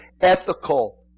ethical